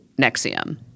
Nexium